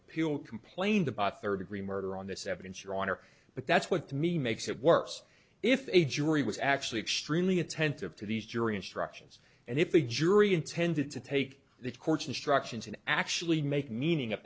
appeal complained about thirty three murder on this evidence your honor but that's what to me makes it worse if a jury was actually extremely attentive to these jury instructions and if the jury intended to take the court's instructions and actually make meaning of